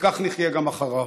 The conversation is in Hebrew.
וכך נחיה גם אחריו.